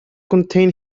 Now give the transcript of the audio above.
contain